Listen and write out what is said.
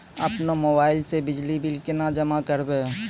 अपनो मोबाइल से बिजली बिल केना जमा करभै?